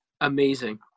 Amazing